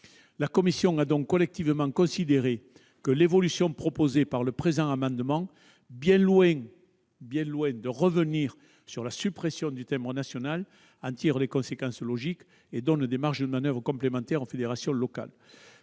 La commission a donc collectivement considéré que l'évolution proposée par l'auteur du présent amendement, bien loin de revenir sur la suppression du timbre national, en tire les conséquences logiques et donne des marges de manoeuvre complémentaires aux fédérations locales.